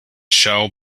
shall